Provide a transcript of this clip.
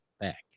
back